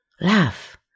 Laugh